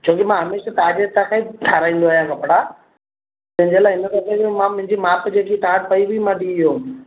छोकी मां हमेशह तव्हांजे हितां खां ई ठाराईंदो आहियां कपिड़ा पंहिंजे लाइ हिन कपिड़नि खे मां मुंहिंजी माप जेकी तव्हां वटि पई हुई मां ॾेई वियो हुअमि